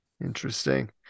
Interesting